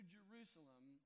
Jerusalem